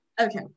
Okay